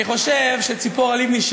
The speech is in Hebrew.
אני חושב שצפורה לבני,